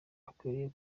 akwiriye